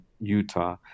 Utah